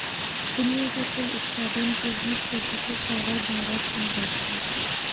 दुनिया के कुल उत्पादन के बीस प्रतिशत चावल भारत मे होइ छै